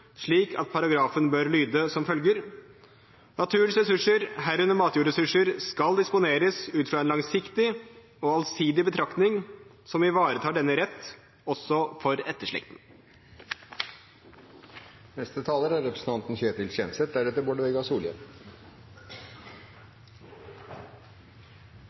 slik at paragrafen bør lyde: «Naturens ressurser, herunder matjordressurser, skal disponeres ut fra en langsiktig og allsidig betraktning som ivaretar denne rett også for etterslekten.» For Venstre er